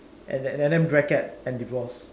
and and then bracket and divorce